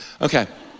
Okay